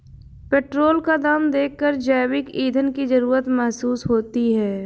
petrol का दाम देखकर जैविक ईंधन की जरूरत महसूस होती है